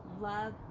love